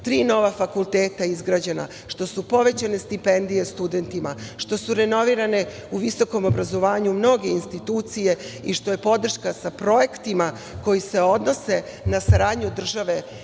tri nova fakulteta izgrađena, što su povećane stipendije studentima, što su renovirane u visokom obrazovanju mnoge institucije i što je podrška sa projektima koji se odnose na saradnju države